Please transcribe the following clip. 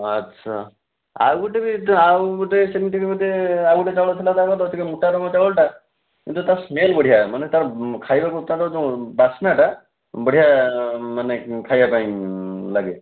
ଆଚ୍ଛା ଆଉ ଗୋଟେ ବି ତ ଆଉ ଗୋଟେ ସେମିତି ବି ବୋଧେ ଆଉ ଗୋଟେ ଚାଉଳ ଥିଲା ତା ଟିକିଏ ମୋଟା ଚାଉଳଟା କିନ୍ତୁ ତା ସ୍ମେଲ୍ ବଢ଼ିଆ ମାନେ ତା ଖାଇବାକୁ ତାର ଯେଉଁ ବାସ୍ନାଟା ବଢ଼ିଆ ମାନେ ଖାଇବା ପାଇଁ ଲାଗେ